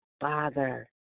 Father